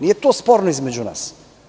Nije to sporno između nas.